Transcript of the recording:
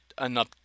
enough